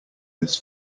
this